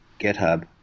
GitHub